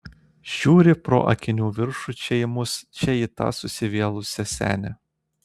žiūri pro akinių viršų čia į mus čia į tą susivėlusią senę